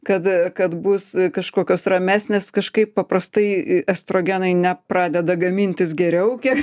kad kad bus kažkokios ramesnės kažkaip paprastai estrogenai nepradeda gamintis geriau kiek